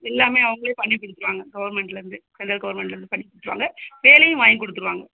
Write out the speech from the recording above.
எல்லாமே அவங்களே பண்ணிக் கொடுத்துருவாங்க கவுர்ன்மெண்ட்லிருந்து சென்ட்ரல் கவுர்ன்மெண்ட்லிருந்து பண்ணிக் கொடுத்துருவாங்க வேலையும் வாங்கிக் கொடுத்துருவாங்க